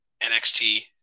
NXT